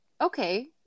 okay